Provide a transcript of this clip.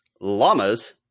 llamas